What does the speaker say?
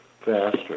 faster